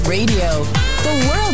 Radio